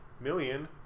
million